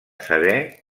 saber